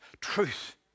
truth